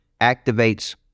activates